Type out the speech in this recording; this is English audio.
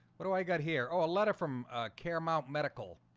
what do i got here oh a letter from care mount medical